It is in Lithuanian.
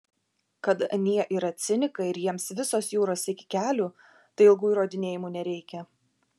kad anie yra cinikai ir jiems visos jūros iki kelių tai ilgų įrodinėjimų nereikia